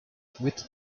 wit